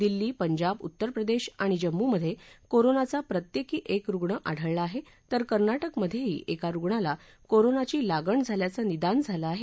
दिल्ली पंजाब उत्तर प्रदेश आणि जम्मूमधे कोरोनाचा प्रत्येकी एक रुग्ण आढळला आहे तर कर्नाटकमधेही एका रुग्णाला कोरोनाची लागण झाल्याचं निदान झालं आहे